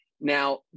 Now